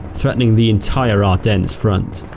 threatening the entire ardennes front.